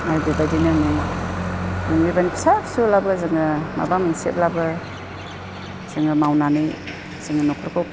बायदि बायदि माने बिदिनो फिसा फिसौब्लाबो जोङो माबा मोनसेब्लाबो जोङो मावनानै जोङो न'खरखौ